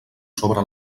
sobre